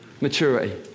maturity